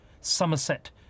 Somerset